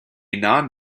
non